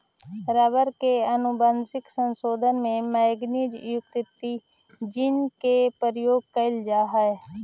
rubber के आनुवंशिक संशोधन में मैगनीज युक्त जीन के प्रयोग कैइल जा हई